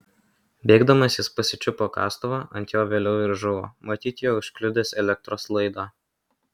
bėgdamas jis pasičiupo kastuvą ant jo vėliau ir žuvo matyt juo užkliudęs elektros laidą